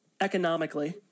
economically